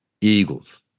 Eagles